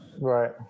Right